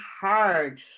hard